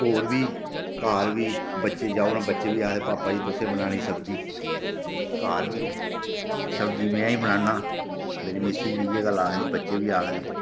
होर बी घर बी बच्चे जाओ ते बच्चे आखदे भापा जी तुसें बनानी सब्जी घर बी सब्जी में ई बनाना मेरी मिसेज़ बी इ'यै आखदी बच्चे बी आखदे